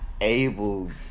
able